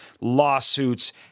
lawsuits